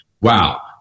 wow